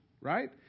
right